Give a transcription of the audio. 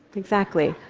exactly.